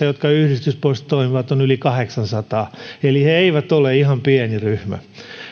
jotka yhdistysmuodossa toimivat on yli kahdeksansataa eli ne eivät ole ihan pieni ryhmä